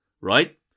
Right